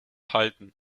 halten